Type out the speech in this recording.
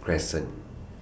Crescent